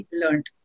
learned